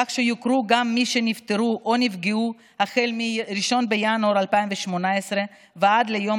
כך שיוכרו גם מי שנפטרו או נפגעו החל מ-1 בינואר 2018 ועד ליום